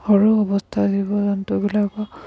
সৰু অৱস্থাত জীৱ জন্তুবিলাকৰ